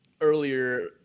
earlier